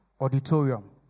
auditorium